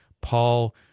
Paul